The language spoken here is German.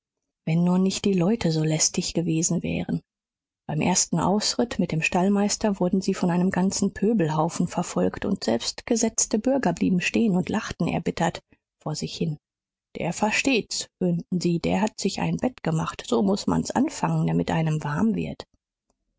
wenn nur nicht die leute so lästig gewesen wären beim ersten ausritt mit dem stallmeister wurden sie von einem ganzen pöbelhaufen verfolgt und selbst gesetzte bürger blieben stehen und lachten erbittert vor sich hin der versteht's höhnten sie der hat sich ein bett gemacht so muß man's anfangen damit einem warm wird